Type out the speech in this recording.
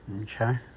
Okay